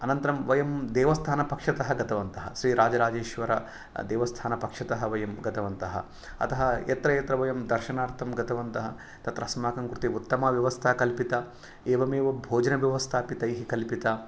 अनन्तरं वयं देवस्थानपक्षतः गतवन्तः श्रीराजराजेश्वरदेवस्थानपक्षतः वयं गतवन्तः अतः यत्र यत्र वयं दर्शनार्थं गतवन्तः तत्र अस्माकं कृते उत्तमा व्यवस्था कल्पिता एवमेव भोजनव्यवस्थापि तैः कल्पिता